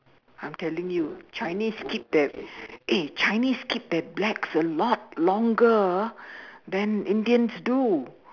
I'm telling you Chinese keep their eh Chinese keep their blacks a lot longer ah than Indians do